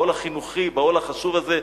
בעול החינוכי החשוב הזה.